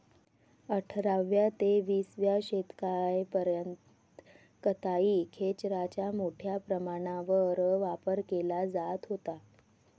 अठराव्या ते विसाव्या शतकापर्यंत कताई खेचराचा मोठ्या प्रमाणावर वापर केला जात होता